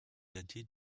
datée